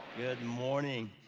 morning.